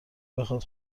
بخاد